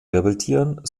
wirbeltieren